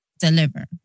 deliver